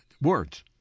words